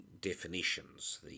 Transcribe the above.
definitions